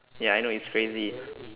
ya I know it's crazy